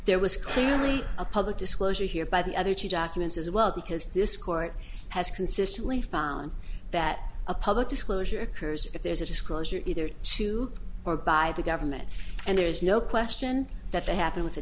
there was clearly a public disclosure here by the other two documents as well because this court has consistently found that a public disclosure occurs if there's a disclosure either to or by the government and there is no question that they happen with